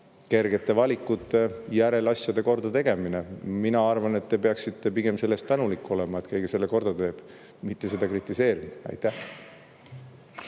kergete valikute järel asjade kordategemine. Mina arvan, et te peaksite pigem selle eest tänulik olema, et keegi selle korda teeb, mitte seda kritiseerima. Aitäh!